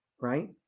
Right